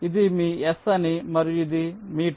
ఇది మీ S అని మరియు ఇది మీ T